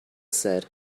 said